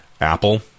apple